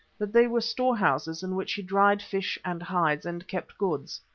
that they were storehouses in which he dried fish and hides, and kept goods.